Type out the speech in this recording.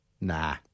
Nah